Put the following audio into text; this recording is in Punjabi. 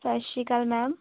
ਸਤਿ ਸ਼੍ਰੀ ਅਕਾਲ ਮੈਮ